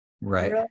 Right